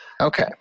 okay